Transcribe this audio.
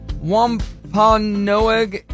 Wampanoag